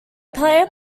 player